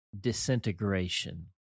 disintegration